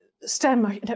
STEM